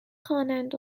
خوانند